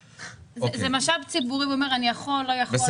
זה משאב ציבורי, והוא אומר: אני יכול, לא יכול.